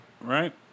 Right